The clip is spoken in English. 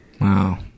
Wow